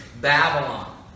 Babylon